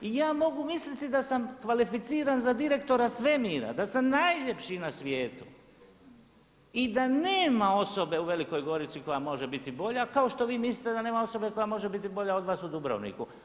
I ja mogu misliti da sam kvalificiran za direktora svemira, da sam najljepši na svijetu i da nema osobe u Velikoj Gorici koja može biti bolja kao što vi mislite da nema osobe koja može biti bolja od vas u Dubrovniku.